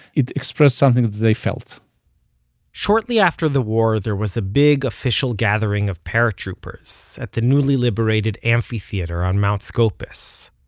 it expressed something that they felt shortly after the war there was a big official gathering of paratroopers at the newly-liberated amphitheater on mount scopus.